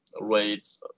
rates